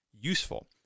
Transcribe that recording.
useful